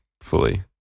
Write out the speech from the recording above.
fully